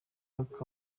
back